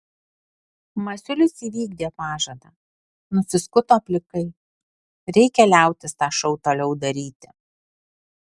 masiulis įvykdė pažadą nusiskuto plikai reikia liautis tą šou toliau daryti